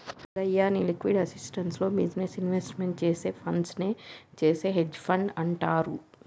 రంగయ్య, నీ liquid assets లో business investment చేసే ఫండ్స్ నే చేసే హెడ్జె ఫండ్ అంటారు